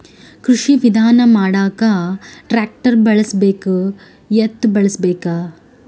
ಕೃಷಿ ವಿಧಾನ ಮಾಡಾಕ ಟ್ಟ್ರ್ಯಾಕ್ಟರ್ ಬಳಸಬೇಕ, ಎತ್ತು ಬಳಸಬೇಕ?